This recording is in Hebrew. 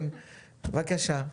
מיכל, בבקשה.